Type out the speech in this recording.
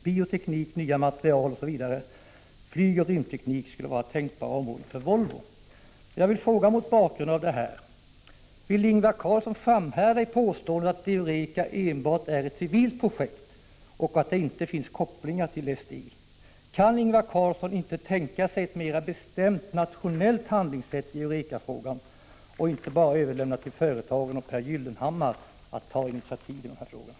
Bioteknik, nya material, flygoch rymdteknik skulle vara tänkbara områden för Volvo.” Mot den här bakgrunden vill jag fråga: Vill Ingvar Carlsson framhärda i sitt påstående att EUREKA är ett civilt projekt och att det inte finns några kopplingar till SDI? Kan Ingvar Carlsson inte tänka sig ett mer bestämt nationellt handlingssätt i EUREKA-frågan och inte bara överlämna till företagen och Pehr Gyllenhammar att ta initiativ?